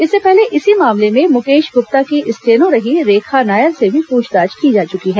इससे पहल इसी मामले में मुकेश गुप्ता की स्टेनो रही रेखा नायर से भी पूछताछ की जा चुकी है